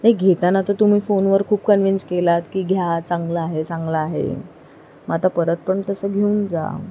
नाही घेताना तर तुम्ही फोनवर खूप कन्विन्स केलात की घ्या चांगला आहे चांगला आहे मग आता परत पण तसं घेऊन जा